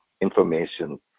information